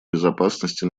безопасности